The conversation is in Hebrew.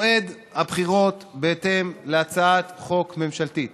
מועד הבחירות בהתאם להצעת חוק ממשלתית